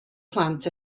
plant